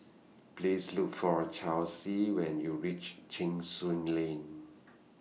Please Look For Chelsie when YOU REACH Cheng Soon Lane